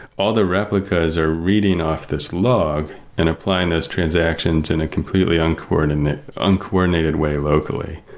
all the replicas are reading off this log and applying those transactions in a completely uncoordinated uncoordinated way locally.